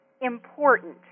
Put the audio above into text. important